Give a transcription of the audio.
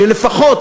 שלפחות,